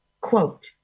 Quote